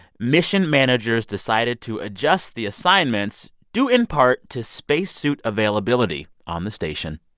mission managers decided to adjust the assignments, due in part to spacesuit availability on the station.